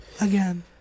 again